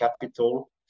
capital